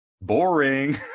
boring